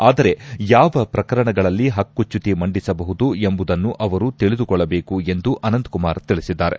ಆದರೆ ಯಾವ ಪ್ರಕರಣಗಳಲ್ಲಿ ಹಕ್ಕುಚ್ಚುತಿ ಮಂಡಿಸಬಹುದು ಎಂಬುದನ್ನು ಅವರು ತಿಳಿದುಕೊಳ್ಟಬೇಕು ಎಂದು ಅನಂತ್ ಕುಮಾರ್ ತಿಳಿಸಿದ್ದಾರೆ